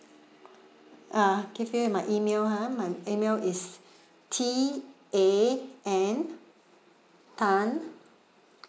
ah give you my email ha my email is t a n tan